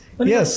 Yes